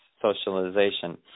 socialization